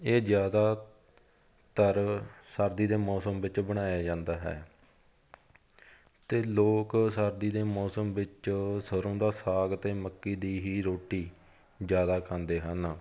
ਇਹ ਜ਼ਿਆਦਾਤਰ ਸਰਦੀ ਦੇ ਮੌਸਮ ਵਿੱਚ ਬਣਾਇਆ ਜਾਂਦਾ ਹੈ ਅਤੇ ਲੋਕ ਸਰਦੀ ਦੇ ਮੌਸਮ ਵਿੱਚ ਸਰ੍ਹੋਂ ਦਾ ਸਾਗ ਅਤੇ ਮੱਕੀ ਦੀ ਹੀ ਰੋਟੀ ਜ਼ਿਆਦਾ ਖਾਂਦੇ ਹਨ